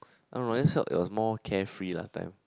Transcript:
I don;t know I just felt it was more care free last time